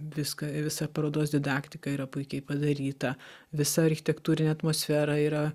viską visa parodos didaktika yra puikiai padaryta visa architektūrinė atmosfera yra